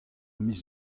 miz